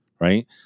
right